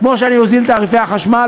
כמו שאני אוזיל את תעריפי החשמל,